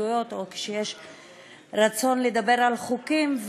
הסתייגויות או כשיש רצון לדבר על חוקים,